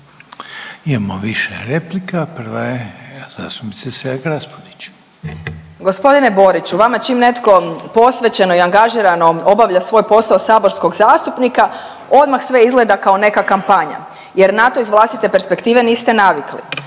Imamo više replika, prva je zastupnice Selak Raspudić. **Selak Raspudić, Marija (Nezavisni)** G. Boriću, vama čim netko posvećeno i angažirano obavlaja svoj posao saborskog zastupnika, odmah sve izgleda kao neka kampanja jer na to iz vlastite perspektive niste navikli.